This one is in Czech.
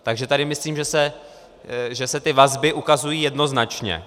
Takže tady myslím, že se ty vazby ukazují jednoznačně.